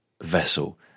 vessel